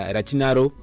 Ratinaro